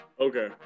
Okay